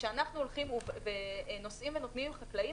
כשאנחנו נושאים ונותנים עם חקלאים,